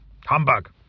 Humbug